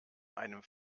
einem